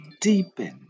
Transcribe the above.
deepen